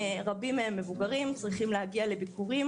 רבים מהם מבוגרים וצריכים להגיע לביקורים